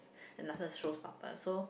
and last one is show stoppers so